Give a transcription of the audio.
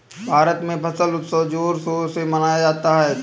भारत में फसल उत्सव जोर शोर से मनाया जाता है